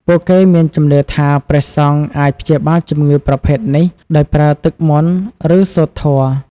ពួកគេមានជំនឿថាព្រះសង្ឃអាចព្យាបាលជំងឺប្រភេទនេះដោយប្រើទឹកមន្ត ឬសូត្រធម៌។